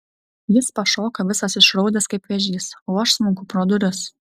jis pašoka visas išraudęs kaip vėžys o aš smunku pro duris